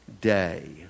day